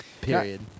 Period